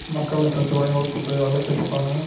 मक्का में सबसे बढ़िया उच्च उपज वाला किस्म कौन ह?